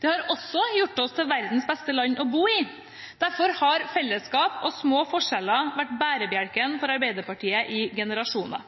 Det har også gjort oss til verdens beste land å bo i. Derfor har fellesskap og små forskjeller vært bærebjelken for Arbeiderpartiet i generasjoner.